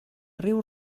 riu